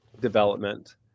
development